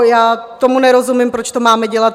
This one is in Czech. Já tomu nerozumím, proč to máme dělat.